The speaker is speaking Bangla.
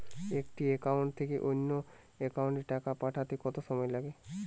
একটি একাউন্ট থেকে অন্য একাউন্টে টাকা পাঠাতে কত সময় লাগে?